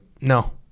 no